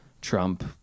trump